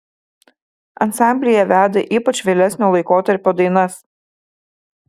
ansamblyje veda ypač vėlesnio laikotarpio dainas